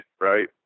right